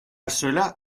cela